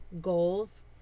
goals